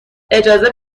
اجازه